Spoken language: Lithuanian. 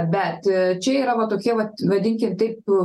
bet čia yra va tokie vat vadinkim taip